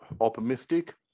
optimistic